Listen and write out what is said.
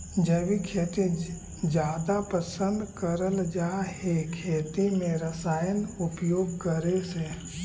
जैविक खेती जादा पसंद करल जा हे खेती में रसायन उपयोग करे से